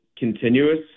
continuous